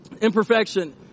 imperfection